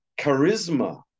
charisma